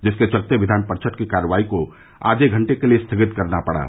जिसके चलते विधान परिषद की कार्यवाही को आघे घंटे के लिये स्थगित करना पडा